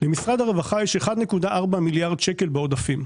למשרד הרווחה יש 1.4 מיליארד שקל בעודפים,